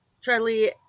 Charlie